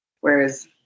whereas